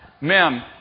ma'am